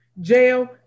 jail